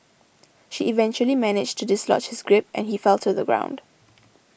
she eventually managed to dislodge his grip and he fell to the ground